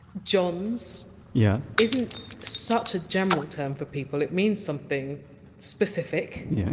johns yeah isn't such a general term for people it means something specific